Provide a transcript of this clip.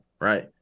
Right